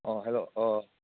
ꯑꯥ hello ꯑꯥ